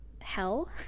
hell